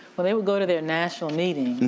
when they would go to their national meetings,